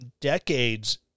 decades